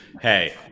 Hey